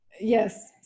Yes